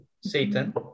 Satan